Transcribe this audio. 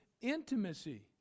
intimacy